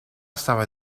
estaba